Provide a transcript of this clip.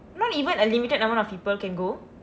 not even a limited amount of people can go